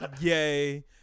Yay